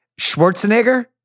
Schwarzenegger